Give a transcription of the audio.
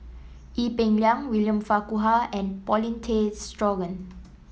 Ee Peng Liang William Farquhar and Paulin Tay Straughan